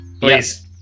Please